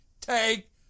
take